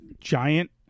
giant